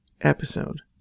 episode